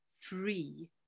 free